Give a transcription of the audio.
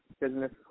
business